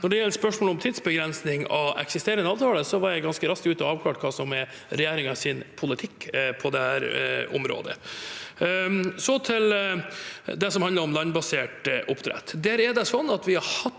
Når det gjelder spørsmålet om tidsbegrensning av eksisterende avtaler, var jeg ganske raskt ute og avklarte hva som er regjeringens politikk på dette området. Så til det som handler om landbasert oppdrett: Der har vi hatt